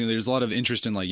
there is lot of interesting like,